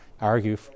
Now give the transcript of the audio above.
argue